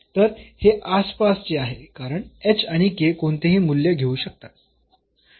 तर हे आसपासचे आहे कारण आणि कोणतेही मूल्य घेऊ शकतात